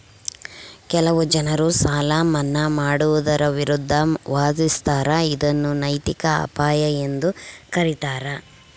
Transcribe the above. ಕೆಲವು ಜನರು ಸಾಲ ಮನ್ನಾ ಮಾಡುವುದರ ವಿರುದ್ಧ ವಾದಿಸ್ತರ ಇದನ್ನು ನೈತಿಕ ಅಪಾಯ ಎಂದು ಕರೀತಾರ